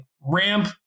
ramp